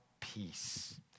peace